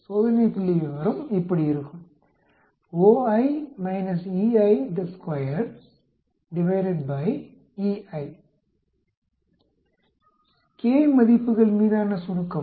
சோதனை புள்ளிவிவரம் இப்படி இருக்கும் K மதிப்புகள் மீதான சுருக்கம்